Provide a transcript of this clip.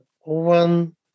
one